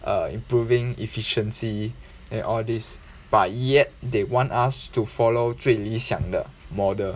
uh improving efficiency and all these but yet they want us to follow 最理想的 model